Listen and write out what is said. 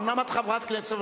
אומנם את חברת כנסת,